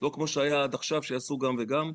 לא כמו שהיה עד עכשיו, שעשו גם וגם.